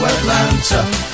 Atlanta